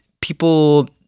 people